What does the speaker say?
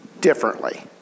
differently